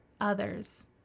others